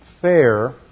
fair